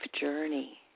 journey